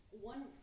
one